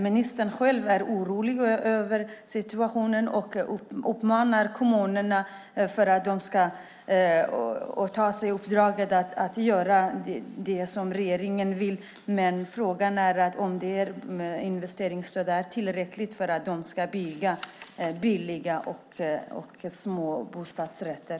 Ministern själv är orolig över situationen och uppmanar kommunerna att åta sig uppdraget att göra det som regeringen vill. Men frågan är om investeringsstödet är tillräckligt för att de ska bygga billiga och små bostadsrätter.